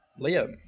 Liam